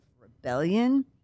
rebellion